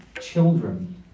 children